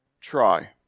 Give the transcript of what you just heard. try